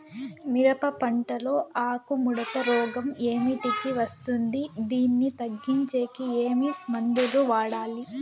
మిరప పంట లో ఆకు ముడత రోగం ఏమిటికి వస్తుంది, దీన్ని తగ్గించేకి ఏమి మందులు వాడాలి?